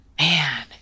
Man